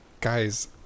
guys